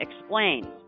explains